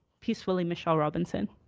peacefully, michelle robinson.